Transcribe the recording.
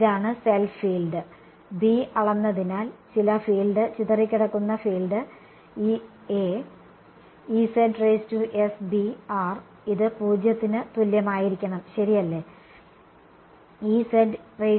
ഇതാണ് self field B അളന്നതിനാൽ ചില ഫീൽഡ് ചിതറിക്കിടക്കുന്ന ഫീൽഡ് A ഇത് 0 യ്ക്ക് തുല്യമായിരിക്കണം ശരിയല്ലേ